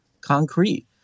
concrete